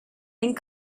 and